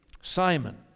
Simon